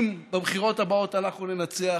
שאם בבחירות הבאות אנחנו ננצח,